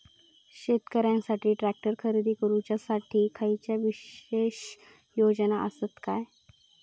शेतकऱ्यांकसाठी ट्रॅक्टर खरेदी करुच्या साठी खयच्या विशेष योजना असात काय?